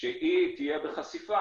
כשהיא תהיה בחשיפה,